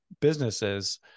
businesses